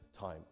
time